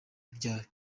ryari